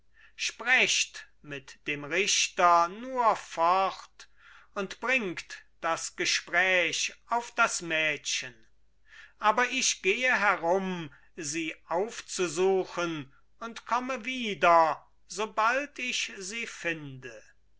sprecht mit dem richter nur fort und bringt das gespräch auf das mädchen aber ich gehe herum sie aufzusuchen und komme wieder sobald ich sie finde